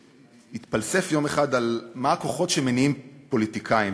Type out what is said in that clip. שהתפלסף יום אחד מה הם הכוחות שמניעים פוליטיקאים,